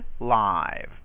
live